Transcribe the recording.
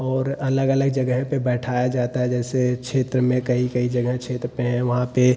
और अलग अलग जगह पे बैठाया जाता है जैसे क्षेत्र में कई कई जगह क्षेत्र पे हैं वहाँ पे